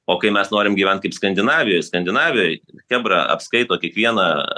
o kai mes norim gyventi kaip skandinavijoj skandinavijoj chebra apskaito kiekvieną